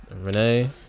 Renee